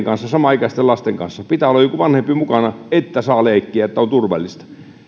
kanssa samanikäisten lasten kanssa pitää olla joku vanhempi mukana että saa leikkiä että on turvallista